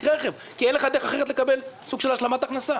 רכב כי אין לך דרך אחרת לקבל סוג של השלמת הכנסה.